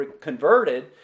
converted